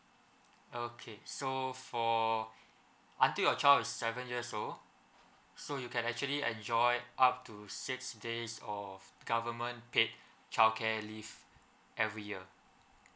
okay so for until your child is seven years old so you can actually enjoy up to six days of government paid child care leave every year